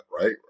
right